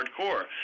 hardcore